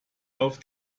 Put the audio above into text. auf